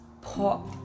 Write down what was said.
pop